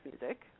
music